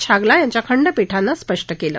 छागला यांच्या खंडपीठानं स्पष्ट केलं